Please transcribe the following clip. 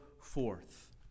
forth